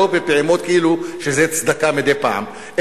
ולא בפעימות כאילו שזה צדקה מדי פעם,